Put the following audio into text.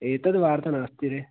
एतद् वार्ता नास्ति रे